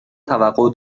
توقع